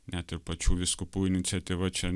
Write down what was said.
ne ir pačių vyskupų iniciatyva čia